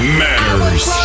matters